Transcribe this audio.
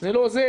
זה לא זה,